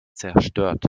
zerstört